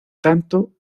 tanto